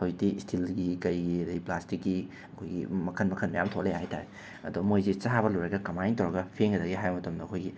ꯍꯧꯖꯤꯛꯇꯤ ꯏꯁꯇꯤꯜꯒꯤ ꯀꯩꯒꯤ ꯑꯗꯒꯤ ꯄ꯭ꯂꯥꯁꯇꯤꯛꯀꯤ ꯑꯩꯈꯣꯏꯒꯤ ꯃꯈꯜ ꯃꯈꯜ ꯃꯌꯥꯝ ꯊꯣꯛꯂꯛꯑꯦ ꯍꯥꯏꯕ ꯇꯥꯔꯦ ꯑꯗꯣ ꯃꯣꯏꯁꯦ ꯆꯥꯕ ꯂꯣꯏꯔꯒ ꯀꯃꯥꯏꯅ ꯇꯧꯔꯒ ꯐꯦꯡꯒꯗꯒꯦ ꯍꯥꯏꯕ ꯃꯇꯝꯗ ꯑꯩꯈꯣꯏꯒꯤ